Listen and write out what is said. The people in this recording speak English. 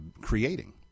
creating